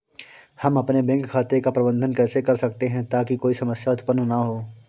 हम अपने बैंक खाते का प्रबंधन कैसे कर सकते हैं ताकि कोई समस्या उत्पन्न न हो?